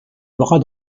bras